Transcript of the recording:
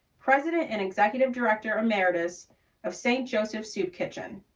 president and executive director emeritus of st. joseph's soup kitchen.